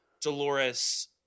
Dolores